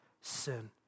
sin